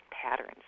patterns